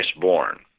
Born